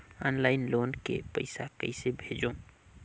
Online loan के पईसा कइसे भेजों?